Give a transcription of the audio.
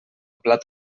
plat